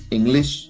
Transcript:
English